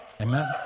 Amen